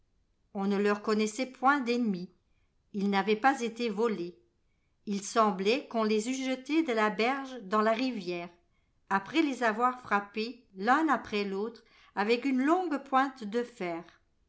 on ne leur connaissait point d'ennemis ils n'avaient pas été volés ii semblait qu'on les eût jetés de la berge dans la rivière après les avoir frappés l'un après l'autre avec une longue pointe de fer